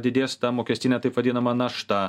didės ta mokestinė taip vadinama našta